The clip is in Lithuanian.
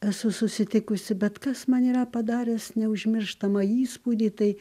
esu susitikusi bet kas man yra padaręs neužmirštamą įspūdį tai